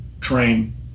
train